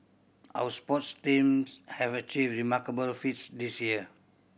our sports teams have achieved remarkable feats this year